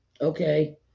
Okay